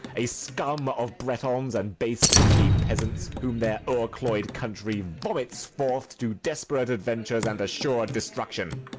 a scum of britagnes, and base lackey peasants, whom their o'er-cloyed country vomits forth to desperate adventures and assur'd destruction.